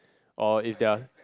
or if their